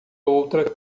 outra